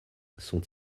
sont